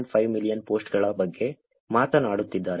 5 million ಪೋಸ್ಟ್ಗಳ ಬಗ್ಗೆ ಮಾತನಾಡುತ್ತಿದ್ದಾರೆ